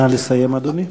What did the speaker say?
נא לסיים, אדוני.